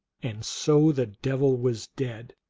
and so the devil was dead,